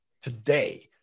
today